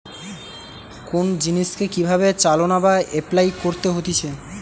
কোন জিনিসকে কি ভাবে চালনা বা এপলাই করতে হতিছে